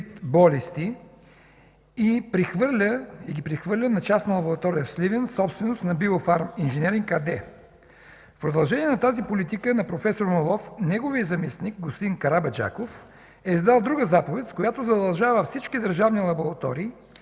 и ги прехвърля на частна лаборатория Сливен, собственост на „Биофарм-инженериг” АД. В продължение на тази политика на проф. Моллов неговият заместник господин Карабаджаков е издал друга заповед, с която задължава всички държавни лаборатории